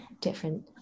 different